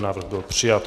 Návrh byl přijat.